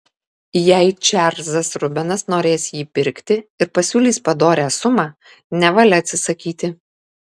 jei čarlzas rubenas norės jį pirkti ir pasiūlys padorią sumą nevalia atsisakyti